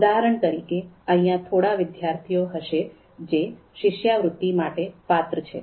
ઉદાહરણ તરીકે અહિયાં થોડા વિદ્યાર્થીઓ હશે જે શિષ્યવૃત્તિ માટે પાત્ર છે